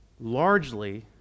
Largely